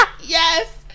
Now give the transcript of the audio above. yes